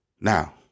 Now